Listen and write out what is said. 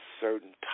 certain